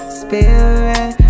spirit